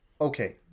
Okay